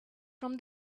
from